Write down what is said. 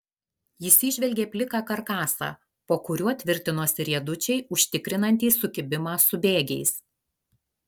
jis įžvelgė pliką karkasą po kuriuo tvirtinosi riedučiai užtikrinantys sukibimą su bėgiais